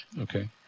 Okay